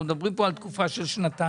ואנחנו מדברים פה על תקופה של שנתיים,